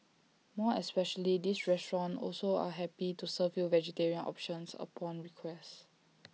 more especially this restaurant also are happy to serve you vegetarian options upon request